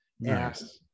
Yes